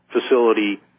facility